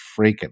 freaking